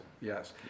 yes